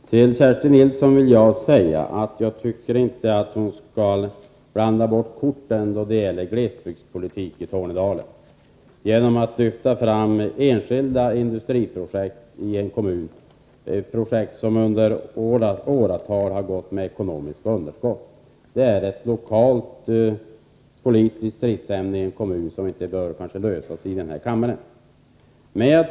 Herr talman! Till Kerstin Nilsson vill jag säga att jag inte tycker att hon skall blanda bort korten då det gäller glesbygdspolitik i Tornedalen genom att lyfta fram enskilda industriprojekt som under åratal har gått med ekonomiskt underskott. Det är en lokal politisk stridsfråga som nog inte kan lösas här i kammaren.